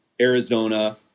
Arizona